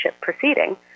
proceeding